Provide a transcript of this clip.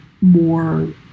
more